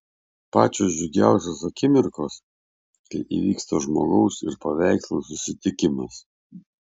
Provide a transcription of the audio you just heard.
pačios džiugiausios akimirkos kai įvyksta žmogaus ir paveikslo susitikimas